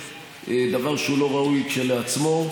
דבר שהוא לא ראוי כשלעצמו,